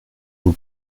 vous